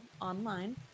online